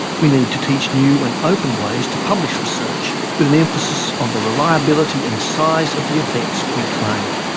we need to teach new and open ways to publish research with an emphasis on the reliability and size of the effects we claim.